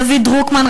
דוד דרוקמן,